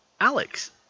Alex